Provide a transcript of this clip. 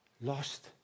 Lost